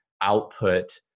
output